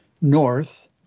north